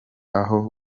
aho